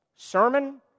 Sermon